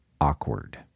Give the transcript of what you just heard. awkward